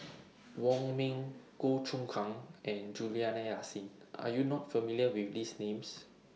Wong Ming Goh Choon Kang and Juliana Yasin Are YOU not familiar with These Names